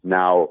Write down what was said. now